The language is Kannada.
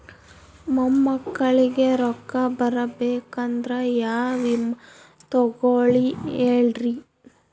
ಮೊಮ್ಮಕ್ಕಳಿಗ ರೊಕ್ಕ ಬರಬೇಕಂದ್ರ ಯಾ ವಿಮಾ ತೊಗೊಳಿ ಹೇಳ್ರಿ?